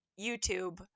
YouTube